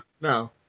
no